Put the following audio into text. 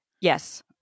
yes